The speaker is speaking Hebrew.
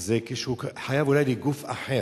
זה כשהוא חייב אולי לגוף אחר,